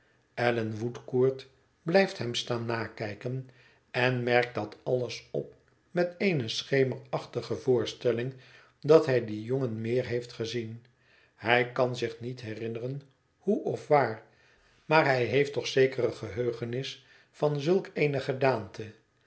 allan woodcourt blijft hem staan nakijken en merkt dat alles op met eene schemerachtige voorstelling dat hij dien jongen meer heeft gezien hij kan zich niet herinneren hoe of waar maar hij heeft toch zekere geheugenis van zulk eene gedaante